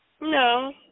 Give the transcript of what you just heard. No